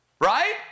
right